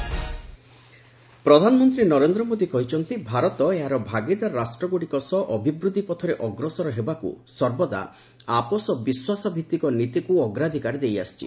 PM Mauritius ପ୍ରଧାନମନ୍ତ୍ରୀ ନରେନ୍ଦ୍ର ମୋଦି କହିଛନ୍ତି ଭାରତ ଏହାର ଭାଗିଦାର ରାଷ୍ଟ୍ରଗୁଡ଼ିକ ସହ ଅଭିବୃଦ୍ଧି ପଥରେ ଅଗ୍ରସର ହେବାକୁ ସର୍ବଦା ଆପୋଷ ବିଶ୍ୱାସ ଭିତ୍ତିକ ନୀତିକୁ ଅଗ୍ରାଧିକାର ଦେଇଆସିଛି